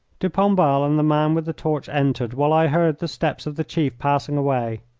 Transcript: de pombal and the man with the torch entered, while i heard the steps of the chief passing away.